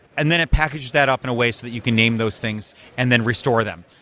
and then it package that up in a way so that you can name those things and then restore them.